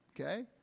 okay